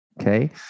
Okay